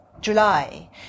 July